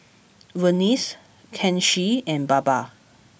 Verghese Kanshi and Baba